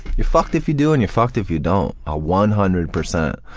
you're fucked if you do, and you're fucked if you don't, ah one hundred percent.